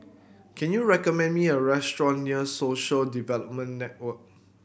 can you recommend me a restaurant near Social Development Network